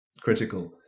critical